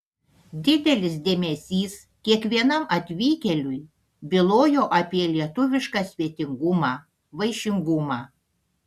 didelis dėmesys kiekvienam atvykėliui bylojo apie lietuvišką svetingumą vaišingumą